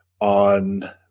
on